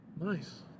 Nice